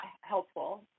helpful